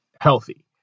healthy